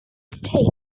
state